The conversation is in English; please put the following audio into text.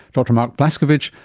dr mark blaskovich,